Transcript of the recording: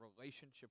relationship